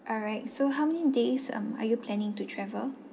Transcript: all right so how many days um are you planning to travel